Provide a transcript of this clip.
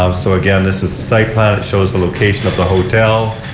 um so again this is site plan. shows the location of the hotel.